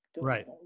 right